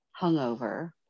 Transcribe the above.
hungover